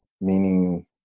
meaning